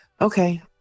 okay